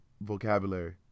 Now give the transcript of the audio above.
vocabulary